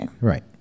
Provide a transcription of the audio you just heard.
Right